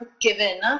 given